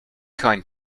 kind